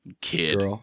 kid